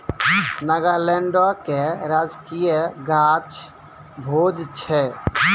नागालैंडो के राजकीय गाछ भोज छै